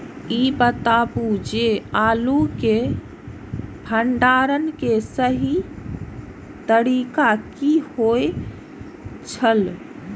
ई बताऊ जे आलू के भंडारण के सही तरीका की होय छल?